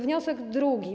Wniosek drugi.